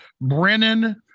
Brennan